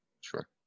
sure